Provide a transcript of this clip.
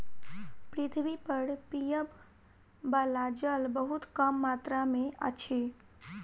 पृथ्वी पर पीबअ बला जल बहुत कम मात्रा में अछि